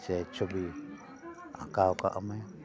ᱥᱮ ᱪᱷᱚᱵᱤ ᱟᱸᱠᱟᱣ ᱠᱟᱜ ᱢᱮ